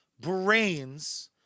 brains